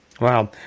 Wow